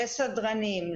לסדרנים,